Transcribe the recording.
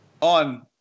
On